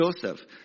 Joseph